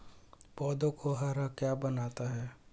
पौधों को हरा क्या बनाता है?